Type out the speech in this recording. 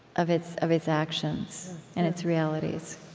of its of its actions and its realities